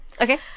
Okay